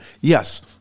Yes